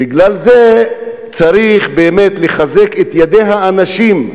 בגלל זה צריך באמת לחזק את ידי האנשים,